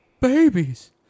Babies